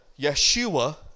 Yeshua